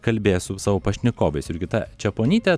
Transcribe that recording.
kalbėjęs su savo pašnekovais jurgita čeponytė